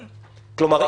כלומר,